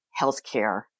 healthcare